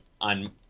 on